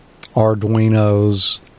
Arduinos